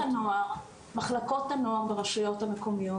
מחלקות הנוער ברשויות המקומיות,